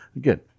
good